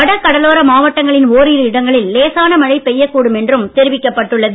வடகடலோர மாவட்டங்களின் ஓயிரு இடங்களில் லேசான மழை பெய்யக் கூடும் என்றும் தெரிவிக்கப்பட்டுள்ளது